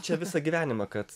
čia visą gyvenimą kad